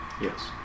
Yes